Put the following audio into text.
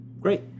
great